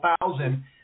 thousand